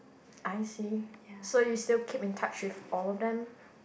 I see so you still keep in touch with all of them